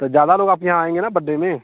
तो ज़्यादा लोग आपके यहाँ आएंगे न बड्डे में